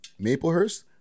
Maplehurst